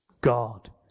God